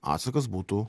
atsakas būtų